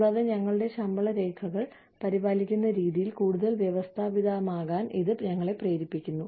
കൂടാതെ ഞങ്ങളുടെ ശമ്പള രേഖകൾ പരിപാലിക്കുന്ന രീതിയിൽ കൂടുതൽ വ്യവസ്ഥാപിതമാകാൻ ഇത് ഞങ്ങളെ പ്രേരിപ്പിക്കുന്നു